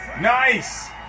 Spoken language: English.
Nice